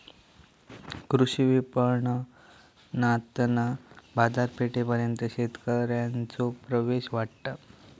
कृषी विपणणातना बाजारपेठेपर्यंत शेतकऱ्यांचो प्रवेश वाढता